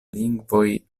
lingvoj